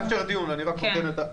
נאפשר דיון, אני רק נותן את התפיסה.